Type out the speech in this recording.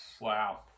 Wow